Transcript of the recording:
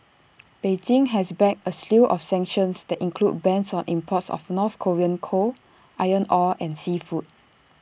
Beijing has backed A slew of sanctions that include bans on imports of north Korean coal iron ore and seafood